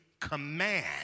command